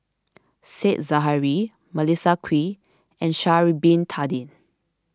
Said Zahari Melissa Kwee and Sha'ari Bin Tadin